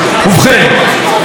אדוני היושב-ראש,